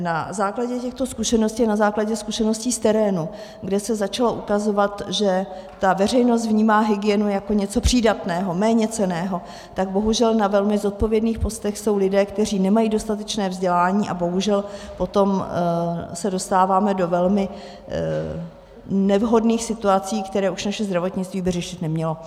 Na základě těchto zkušeností, na základě zkušeností z terénu, kde se začalo ukazovat, že veřejnost vnímá hygienu jako něco přídatného, méněcenného, tak bohužel na velmi zodpovědných postech jsou lidé, kteří nemají dostatečné vzdělání, a bohužel potom se dostáváme do velmi nevhodných situací, které už naše zdravotnictví by řešit nemělo.